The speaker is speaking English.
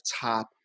top